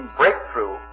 breakthrough